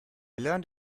learned